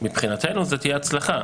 מבחינתנו זו תהיה הצלחה.